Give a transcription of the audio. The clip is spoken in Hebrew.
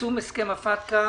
(יישום הסכם פטקא)